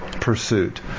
pursuit